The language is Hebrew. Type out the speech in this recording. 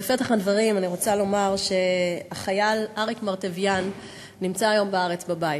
בפתח הדברים אני רוצה לומר שהחייל אריק מרטויאן נמצא היום בארץ בבית,